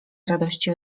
radości